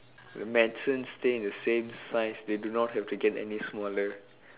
medicine stay in the same size they do not have to get any smaller